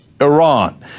Iran